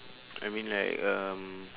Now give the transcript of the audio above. I mean like um